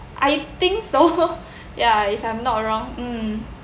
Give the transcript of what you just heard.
I think so ya if I'm not wrong um